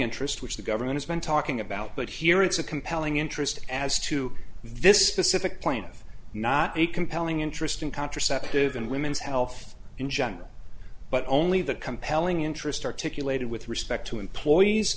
interest which the government has been talking about but here it's a compelling interest as to this specific plaintiff not a compelling interest in contraceptive and women's health in general but only the compelling interest articulated with respect to employees